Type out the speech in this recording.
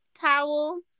towel